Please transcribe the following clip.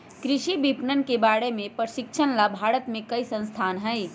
कृषि विपणन के बारे में प्रशिक्षण ला भारत में कई संस्थान हई